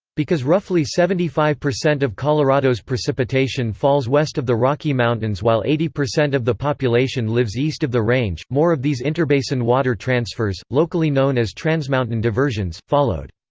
because roughly seventy five percent of colorado's precipitation falls west of the rocky mountains while eighty percent of the population lives east of the range, more of these interbasin water transfers, locally known as transmountain diversions, followed.